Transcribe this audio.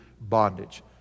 bondage